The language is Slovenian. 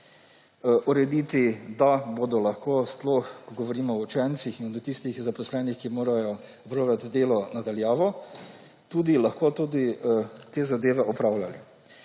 urediti, da bodo lahko, sploh ko govorimo o učencih in o tistih zaposlenih, ki morajo opravljati delo na daljavo, te zadeve tudi opravljali.